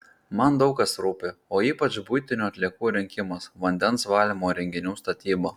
man daug kas rūpi o ypač buitinių atliekų rinkimas vandens valymo įrenginių statyba